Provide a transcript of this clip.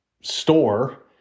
store